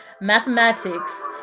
Mathematics